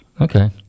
Okay